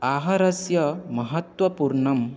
आहारस्य महत्वपूर्णः